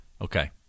Okay